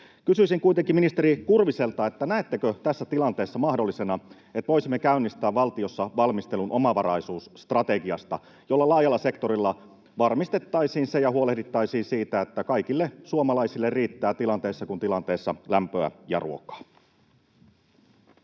Kysyisin kuitenkin ministeri Kurviselta: näettekö tässä tilanteessa mahdollisena, että voisimme käynnistää valtiossa valmistelun omavaraisuusstrategiasta, jolla laajalla sektorilla varmistettaisiin se ja huolehdittaisiin siitä, että kaikille suomalaisille riittää tilanteessa kuin tilanteessa lämpöä ja ruokaa?